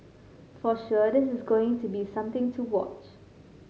for sure this is going to be something to watch